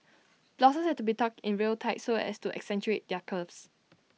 blouses had to be tucked in real tight so as to accentuate their curves